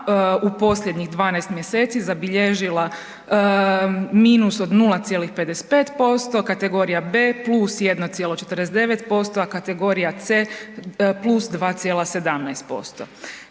u posljednjih 12 mjeseci zabilježila minus od 0,55%, kategorija B +1,49%, a kategorija C +2,17%.